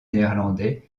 néerlandais